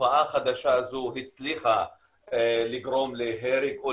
התופעה החדשה הזו הצליחה לגרום להרג או